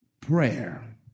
Prayer